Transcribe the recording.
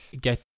get